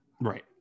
Right